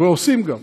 ועושים, גם.